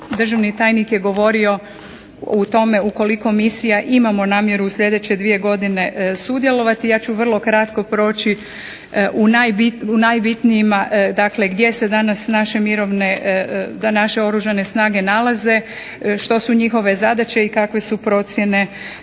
državni tajnik je govorio u tome u koliko misija imamo namjeru u sljedeće dvije godine sudjelovati, ja ću vrlo kratko proći u najbitnijim gdje se danas naše oružane snage nalaze, što su njihove zadaće i kakve su procjene